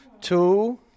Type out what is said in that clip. Two